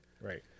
Right